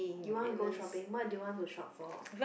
you want to go shopping what do you want to shop for